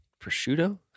prosciutto